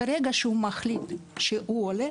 ברגע שהוא מחליט שהוא עולה,